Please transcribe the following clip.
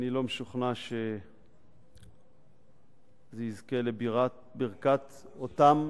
אני לא משוכנע שזה יזכה לברכת אותם,